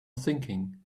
sinking